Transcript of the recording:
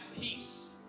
peace